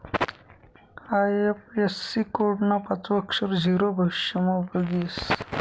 IFSC code ना पाचवं अक्षर झीरो भविष्यमा उपयोगी येस